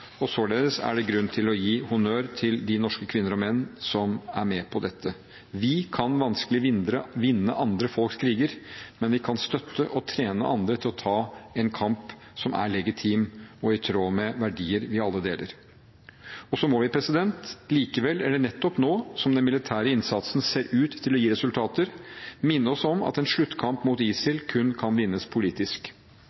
oppnådd. Således er det grunn til å gi honnør til de norske kvinner og menn som er med på dette. Vi kan vanskelig vinne andre folks kriger, men vi kan støtte og trene andre til å ta en kamp som er legitim og i tråd med verdier vi alle deler. Så må vi likevel, eller nettopp nå som den militære innsatsen ser ut til å gi resultater, minne oss selv på at en sluttkamp mot